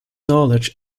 knowledge